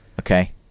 Okay